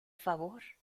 favor